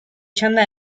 txanda